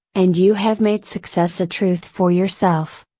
and you have made success a truth for yourself.